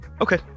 okay